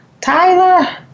Tyler